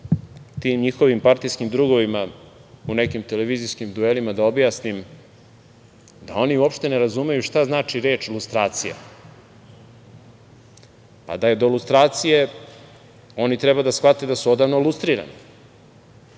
tim njihovim partijskim drugovima u nekim televizijskim duelima da objasnim da oni uopšte ne razumeju šta znači reč lustracija. A, da je do lustracije, oni treba da shvate da su odavno lustrirani. Najbolje